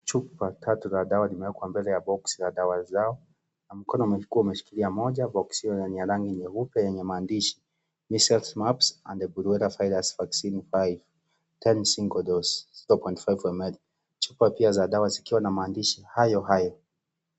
Chupa tatu la dawa limewekwa mbele ya boxi la dawa zao na mkono umeshikilia moja boxi hio yenye rangi nyeupe yenye maandishi Measles, Mumphs and Rubella Virus Vaccine Live, ten single dose, zero point five ml chupa pia za dawa zikiwa na maandishi hayo hayo.